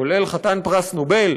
כולל חתן פרס נובל,